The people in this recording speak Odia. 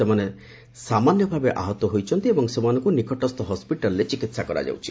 ସେମାନେ ସାମାନ୍ୟ ଭାବେ ଆହତ ହୋଇଛନ୍ତି ଓ ସେମାନଙ୍କୁ ନିକଟସ୍ଥ ହସ୍କିଟାଲ୍ରେ ଚିକିତ୍ସା କରାଯାଉଛି